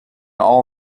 all